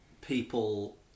people